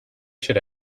should